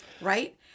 right